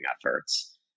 efforts